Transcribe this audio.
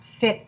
fit